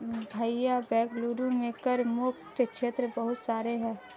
भैया बेंगलुरु में कर मुक्त क्षेत्र बहुत सारे हैं